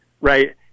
Right